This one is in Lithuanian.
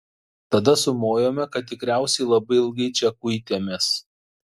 tada sumojome kad tikriausiai labai ilgai čia kuitėmės